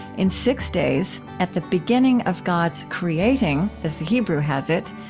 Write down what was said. in six days, at the beginning of god's creating, as the hebrew has it,